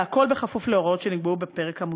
והכול בכפוף להוראות שנקבעו בפרק המוצע.